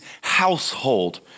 household